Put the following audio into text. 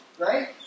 Right